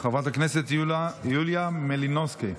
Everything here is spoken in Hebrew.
חברת הכנסת יוליה מלינובסקי,